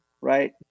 right